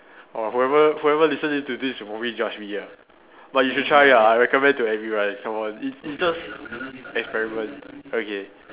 !wah! whoever whoever listening to this will probably judge me ah but you should try ah I recommend to everyone come on it it's just experiment okay